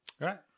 Right